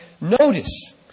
notice